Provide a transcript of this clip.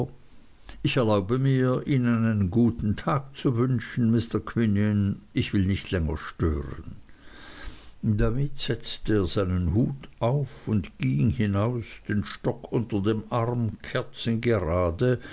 ich erlaube mir ihnen einen guten tag zu wünschen mr quinion ich will nicht länger stören damit setzte er seinen hut auf und ging hinaus den stock unter dem arm kerzengerade